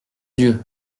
dieu